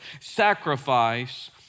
sacrifice